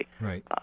Right